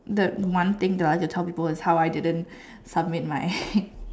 the one thing that I have to tell people is how I didn't submit my